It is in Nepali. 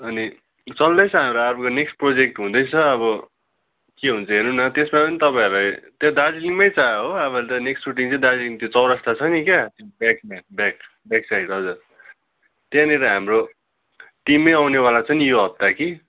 अनि चल्दै छ हाम्रो अर्को नेक्स्ट प्रोजेक्ट हुँदैछ अब के हुन्छ हेरौँ न त्यसमा पनि तपाईँहरूलाई त्यहाँ दार्जिलिङमै छ हो अब नेक्स्ट सुटिङ चाहिँ दार्जिलिङ त्यो चौरास्ता छ नि क्या ब्याकमा ब्याक ब्याकसाइड हजुर त्यहाँनिर हाम्रो टिमै आउनेवाला छ नि यो हप्ता कि